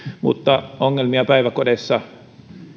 mutta ongelmia päiväkodeissa